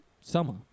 summer